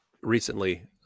recently